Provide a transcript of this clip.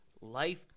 life